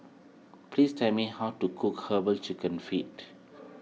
please tell me how to cook Herbal Chicken Feet